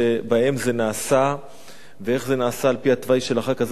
זה נעשה ואיך זה נעשה על-פי התוואי של החוק הזה.